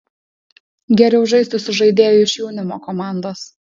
geriau žaisti su žaidėju iš jaunimo komandos